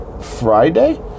Friday